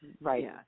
Right